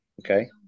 okay